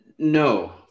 No